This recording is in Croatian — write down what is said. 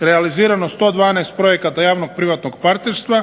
realizirano 112 projekata javno-privatnog partnerstva